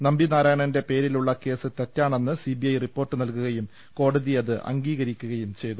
നമ്പി നാരായണന്റെ പേരിലുളള കേസ് തെറ്റാണെന്ന് സി ബി ഐ റിപ്പോർട്ട് നൽകുകയും കോടതി അത് അംഗീകരി ക്കുകയും ചെയ്തു